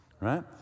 right